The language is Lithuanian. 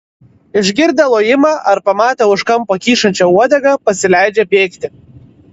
išgirdę lojimą ar pamatę už kampo kyšančią uodegą pasileidžia bėgti